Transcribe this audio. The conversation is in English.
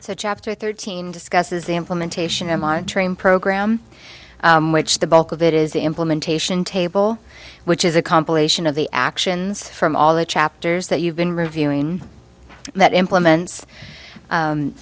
it's a chapter thirteen discusses the implementation and monitoring program which the bulk of it is the implementation table which is a compilation of the actions from all the chapters that you've been reviewing that implements